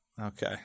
Okay